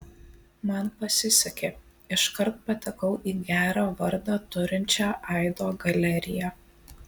man pasisekė iškart patekau į gerą vardą turinčią aido galeriją